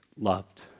loved